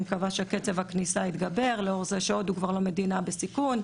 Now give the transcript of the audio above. אני מקווה שקצב הכניסה יתגבר לאור זה שהודו כבר לא מדינה בסיכון,